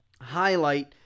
highlight